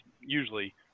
usually